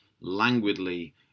languidly